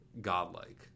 godlike